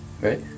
Right